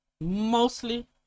Mostly